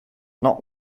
not